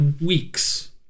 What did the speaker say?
weeks